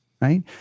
right